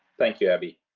thank you abbie.